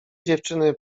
dziewczyny